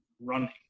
running